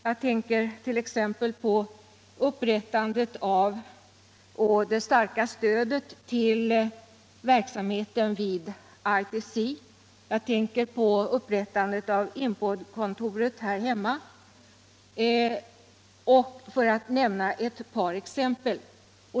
Jag tänker t.ex. på upprättandet av och det starka stödet till verksamheten vid ITC. Jag tänker också på upprättandet av IMPOD-kontoret här hemma, för att nu nämna et pår exempel.